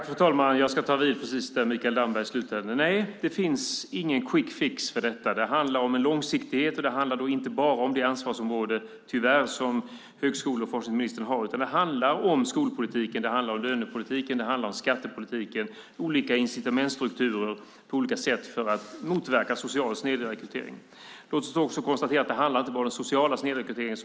Fru talman! Jag ska ta vid precis där Mikael Damberg slutade. Nej, det finns ingen quick fix för detta. Det handlar om långsiktighet, och det handlar inte bara om det ansvarsområde tyvärr som högskole och forskningsministern har. Det handlar om skolpolitik, lönepolitik, skattepolitik, olika incitamentsstrukturer på olika sätt för att motverka social snedrekrytering. Låt oss konstatera att det inte bara handlar om den sociala snedrekryteringen.